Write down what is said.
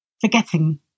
Forgetting